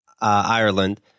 Ireland